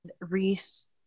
Reese